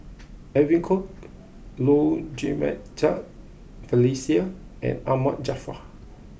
Edwin Koek Low Jimenez Felicia and Ahmad Jaafar